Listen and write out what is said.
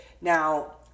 Now